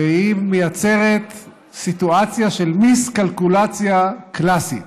והיא מייצרת סיטואציה של מיסקלקולציה קלסית,